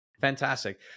Fantastic